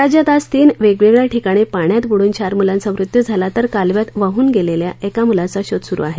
राज्यात आज तीन वेगवेगळ्या ठिकाणी पाण्यात बुडून चार मुलांचा मृत्यू झाला तर कालव्यात वाहन गेलेल्या एका मुलांचा शोध सुरू आहे